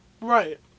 Right